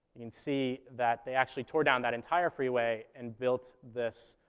you can see that they actually tore down that entire freeway and built this